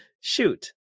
shoot